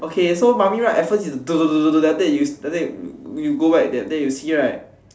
okay so mummy ride at first is then after that you go back then you see right